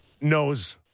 knows